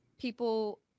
People